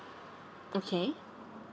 okay